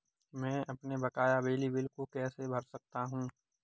मैं अपने बकाया बिजली बिल को कैसे भर सकता हूँ?